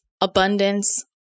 abundance